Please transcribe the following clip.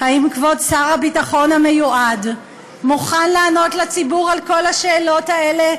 האם כבוד שר הביטחון המיועד מוכן לענות לציבור על כל השאלות האלה,